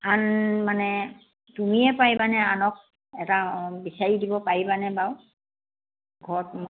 আন মানে তুমিয়ে পাৰিবানে আনক এটা বিচাৰি দিব পাৰিবানে বাৰু ঘৰত মোক